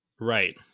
Right